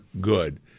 good